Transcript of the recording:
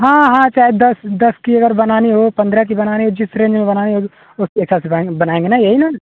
हाँ हाँ चाहे दस दस की अगर बनानी हो पन्द्रह की बनानी हो जिस रेंज में बनानी होगी उसके हिसाब से बनाऍंगे बनाएँगे ना यही ना